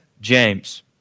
James